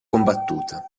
combattuta